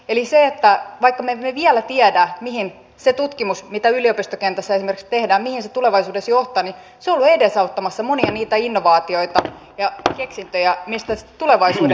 eli vaikka me emme vielä tiedä mihin se tutkimus mitä esimerkiksi yliopistokentässä tehdään tulevaisuudessa johtaa niin se on ollut edesauttamassa monia niitä innovaatioita ja keksintöjä mistä tulevaisuuden kasvua on syntynyt